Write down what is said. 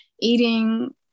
eating